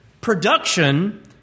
production